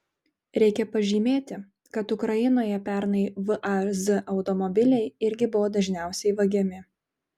reikia pažymėti kad ukrainoje pernai vaz automobiliai irgi buvo dažniausiai vagiami